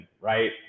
right